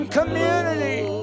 community